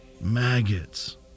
maggots